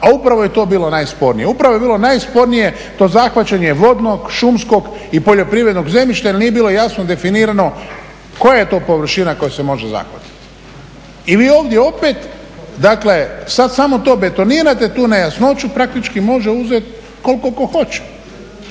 a upravo je to bilo najspornije. Upravo je bilo najspornije to zahvaćanje vodnog, šumskog i poljoprivrednog zemljišta jer nije bilo jasno definirano koja je to površina koja se može zahvatiti. I vi ovdje opet, dakle sada samo to betonirate, tu nejasnoću, praktički može uzeti koliko tko hoće,